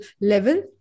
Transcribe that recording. level